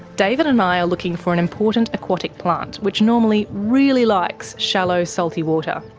david and i are looking for an important aquatic plant, which normally really likes shallow salty water.